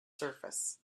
surface